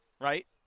right